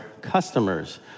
customers